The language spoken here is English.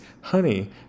honey